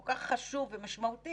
נותן בסוף גם רוח גבית למקבלי ההחלטות,